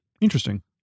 Interesting